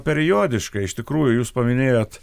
periodiškai iš tikrųjų jūs paminėjot